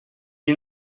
you